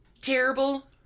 Terrible